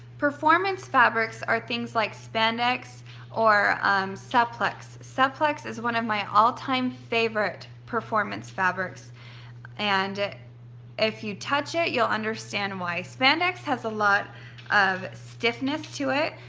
performance fabrics are things like spandex or supplex. supplex is one of my all-time favorite performance fabrics and if you touch it you'll understand why. spandex has a lot of stiffness to it,